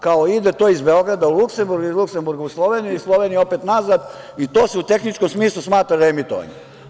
Kao, ide to iz Beograda u Luksemburg, iz Luksemburga u Sloveniju, iz Slovenije opet nazad i to se u tehničkom smislu smatra reemitovanjem.